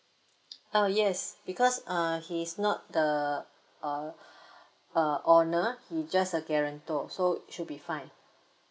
uh yes because uh he's not the uh uh owner he's just a guarantor so should be fine